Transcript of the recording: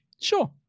Sure